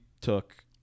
took